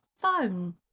phone